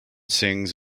sings